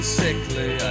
sickly